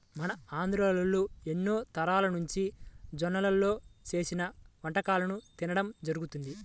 మన ఆంధ్రోల్లు ఎన్నో తరాలనుంచి జొన్నల్తో చేసిన వంటకాలను తినడం జరుగతంది